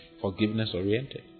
forgiveness-oriented